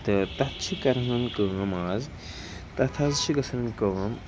تہٕ تَتھ چھِ کَران کٲم آز تَتھ حظ چھِ گژھان کٲم